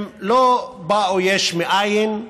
הם לא באו יש מאין,